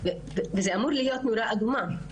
וזה אמור להיות נורה אדומה.